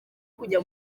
kujya